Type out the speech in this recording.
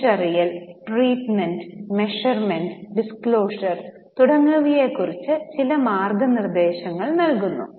തിരിച്ചറിയൽ treatment measurement disclosure തുടങ്ങിയവയെക്കുറിച്ച് ചില മാർഗ്ഗനിർദ്ദേശങ്ങൾ നൽകുന്നു